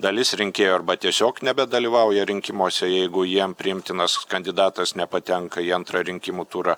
dalis rinkėjų arba tiesiog nebedalyvauja rinkimuose jeigu jiem priimtinas kandidatas nepatenka į antrą rinkimų turą